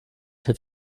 have